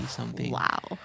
Wow